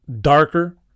darker